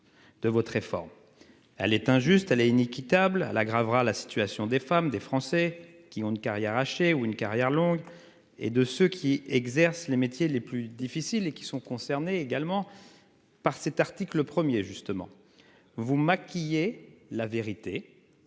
De votre réforme. Elle est injuste à la inéquitable aggravera la situation des femmes, des Français qui ont une carrière hachée ou une carrière longue et de ceux qui exercent les métiers les plus difficiles et qui sont concernés également. Par cet article le premier justement. Vous maquiller la vérité.